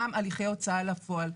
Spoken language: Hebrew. גם הליכי הוצאה לפועל,